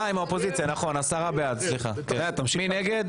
מי נגד?